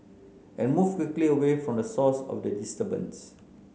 and move quickly away from the source of the disturbance